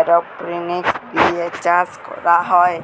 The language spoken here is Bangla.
এরওপনিক্স দিয়ে চাষ ক্যরা হ্যয়